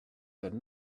that